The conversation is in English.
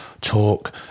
Talk